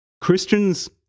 Christians